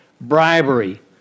bribery